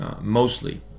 mostly